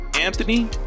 Anthony